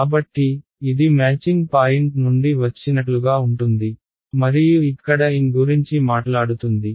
కాబట్టి ఇది matching point నుండి వచ్చినట్లుగా ఉంటుంది మరియు ఇక్కడ n గురించి మాట్లాడుతుంది